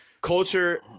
culture